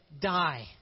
die